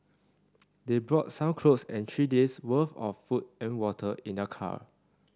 they brought some clothes and three days' worth of food and water in their car